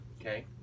okay